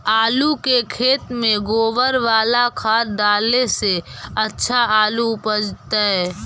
आलु के खेत में गोबर बाला खाद डाले से अच्छा आलु उपजतै?